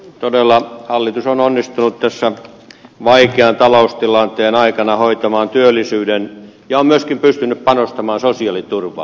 todella hallitus on onnistunut tässä vaikean taloustilanteen aikana hoitamaan työllisyyden ja on myöskin pystynyt panostamaan sosiaaliturvaan